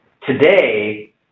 Today